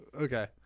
Okay